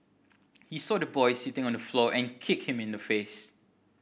he saw the boy sitting on the floor and kicked him in the face